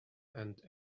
and